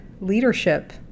leadership